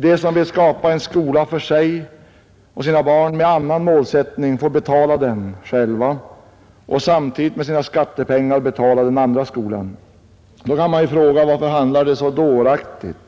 De som vill skapa en alternativ skola för sig och sina barn får betala den själva och samtidigt med sina skattepengar betala den andra skolan. Då kan man ju fråga: Varför handlar de så dåraktigt?